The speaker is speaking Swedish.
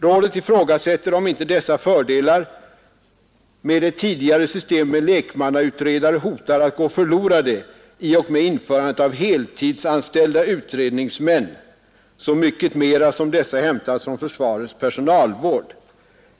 Rådet ifrågasätter, om inte dessa fördelar med det tidigare systemet med lekmannautredare hotar att gå förlorade i och med införandet av heltidsanställda utredningsmän, så mycket mera som dessa hämtas från försvarets personalvård.